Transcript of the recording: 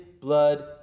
blood